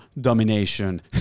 domination